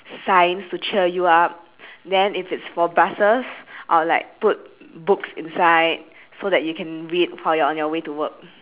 signs to cheer you up then if it's for buses I'll like put books inside so that you can read while you're on your way to work